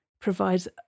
provides